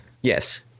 Yes